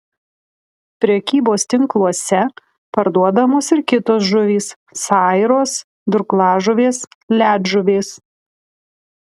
prekybos tinkluose parduodamos ir kitos žuvys sairos durklažuvės ledžuvės